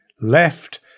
left